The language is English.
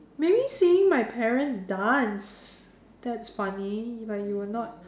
maybe seeing my parents dance that's funny if I you would not